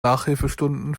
nachhilfestunden